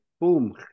boom